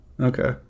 Okay